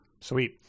Sweet